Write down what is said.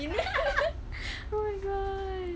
oh my god